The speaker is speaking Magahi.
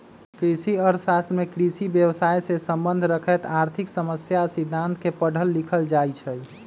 कृषि अर्थ शास्त्र में कृषि व्यवसायसे सम्बन्ध रखैत आर्थिक समस्या आ सिद्धांत के पढ़ल लिखल जाइ छइ